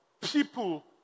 people